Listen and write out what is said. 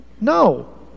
No